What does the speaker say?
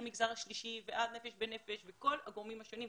מהמגזר השלישי ועד "נפש בנפש" וכל הגורמים השונים,